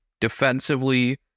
defensively